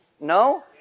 No